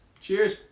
Cheers